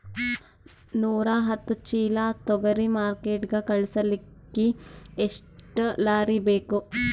ನೂರಾಹತ್ತ ಚೀಲಾ ತೊಗರಿ ಮಾರ್ಕಿಟಿಗ ಕಳಸಲಿಕ್ಕಿ ಎಷ್ಟ ಲಾರಿ ಬೇಕು?